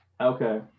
okay